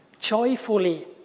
Joyfully